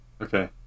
Okay